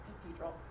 cathedral